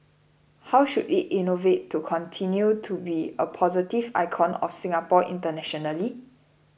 how should it innovate to continue to be a positive icon of Singapore internationally